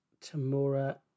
Tamura